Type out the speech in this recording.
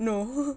no